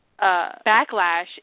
backlash